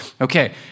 Okay